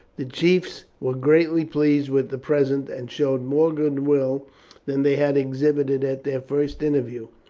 the chiefs were greatly pleased with the present, and showed more goodwill than they had exhibited at their first interview.